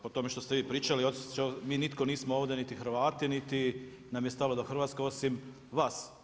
Po tome što ste vi pričali očito mi nitko nismo ovdje niti Hrvati, niti nam je stalo do Hrvatske osim vas.